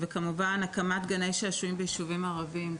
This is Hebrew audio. וכמובן, הקמת גני שעשועים ביישובים ערביים.